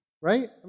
right